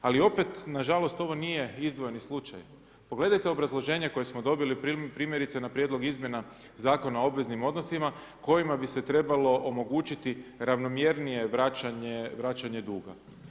Ali opet nažalost ovo nije izdvojeni slučaj, pogledajte obrazloženje koje smo dobili primjerice na prijedlog izmjena Zakona o obveznim odnosima kojima bi se trebalo omogućiti ravnomjernije vraćanje duga.